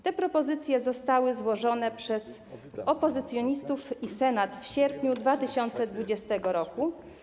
Te propozycje zostały złożone przez opozycjonistów i Senat w sierpniu 2020 r.